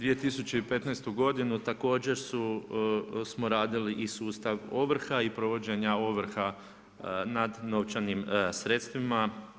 2015. godinu, također smo radili i sustav ovrha i provođenja ovrha nad novčanih sredstvima.